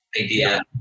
idea